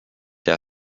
der